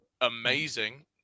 amazing